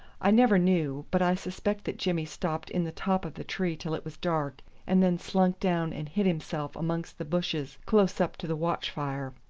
i never knew, but i suspect that jimmy stopped in the top of the tree till it was dark and then slunk down and hid himself amongst the bushes close up to the watch-fire.